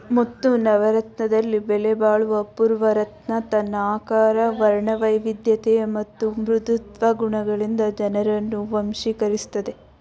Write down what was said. ಮುತ್ತು ನವರತ್ನದಲ್ಲಿ ಬೆಲೆಬಾಳುವ ಅಪೂರ್ವ ರತ್ನ ತನ್ನ ಆಕಾರ ವರ್ಣವೈವಿಧ್ಯತೆ ಮತ್ತು ಮೃದುತ್ವ ಗುಣಗಳಿಂದ ಜನರನ್ನು ವಶೀಕರಿಸ್ತದೆ